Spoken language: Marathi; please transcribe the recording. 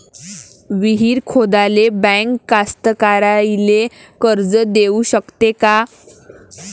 विहीर खोदाले बँक कास्तकाराइले कर्ज देऊ शकते का?